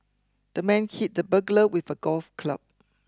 the man hit the burglar with a golf club